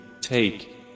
take